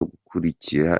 gukurikira